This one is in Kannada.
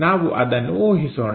ನಾವು ಅದನ್ನು ಉಹಿಸೋಣ